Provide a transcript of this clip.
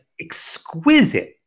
exquisite